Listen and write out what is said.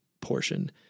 portion